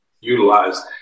utilized